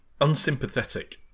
unsympathetic